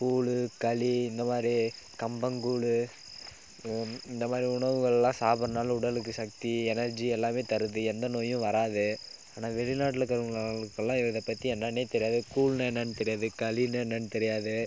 கூழு களி இந்த மாதிரி கம்பங்கூழு இந்த மாதிரி உணவுகள்லாம் சாப்பிட்றதுனால உடலுக்கு சக்தி எனர்ஜி எல்லாமே தருது எந்த நோயும் வராது ஆனால் வெளிநாட்டில் இருக்கிறவங்களுக்குலாம் இதை பற்றி என்னென்றே தெரியாது கூழ்னால் என்னென்று தெரியாது களினால் என்னென்று தெரியாது